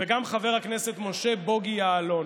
וגם חבר הכנסת משה בוגי יעלון,